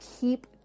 keep